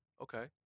Okay